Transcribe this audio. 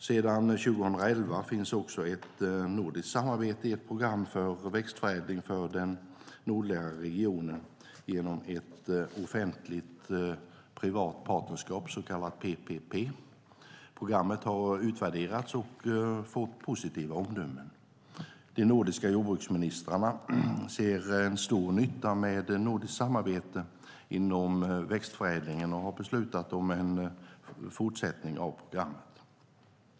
Sedan 2011 finns också ett nordiskt samarbete i ett program för växtförädling för den nordliga regionen genom ett offentligt privat partnerskap, så kallat PPP. Programmet har utvärderats och fått positiva omdömen. De nordiska jordbruksministrarna ser en stor nytta med nordiskt samarbete inom växtförädlingen och har beslutat om en fortsättning av programmet.